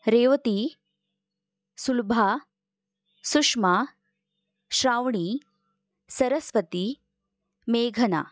रेवती सुलभा सुषमा श्रावणी सरस्वती मेघना